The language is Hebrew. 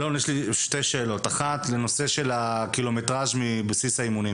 אלון, לגבי המרחק של הבסיס מאזור האימונים.